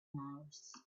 mars